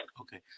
Okay